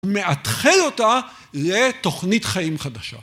ומאתחל אותה לתוכנית חיים חדשה.